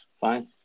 fine